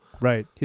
Right